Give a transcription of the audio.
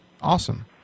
Awesome